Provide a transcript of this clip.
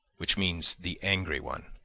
which means the angry one.